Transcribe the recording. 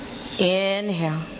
inhale